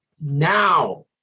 now